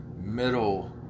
middle